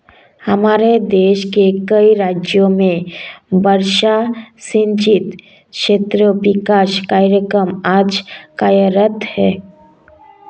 हमारे देश के कई राज्यों में वर्षा सिंचित क्षेत्र विकास कार्यक्रम आज कार्यरत है